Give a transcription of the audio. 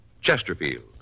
Chesterfield